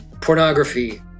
pornography